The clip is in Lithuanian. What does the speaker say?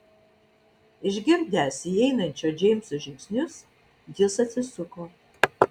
išgirdęs įeinančio džeimso žingsnius jis atsisuko